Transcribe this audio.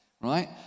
right